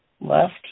left